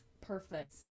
perfect